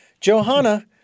Johanna